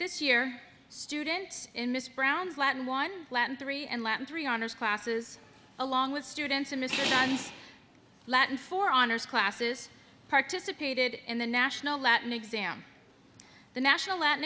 this year students in miss browne's latin one latin three and latin three honors classes along with students in history and latin for honors classes participated in the national latin exam the national latin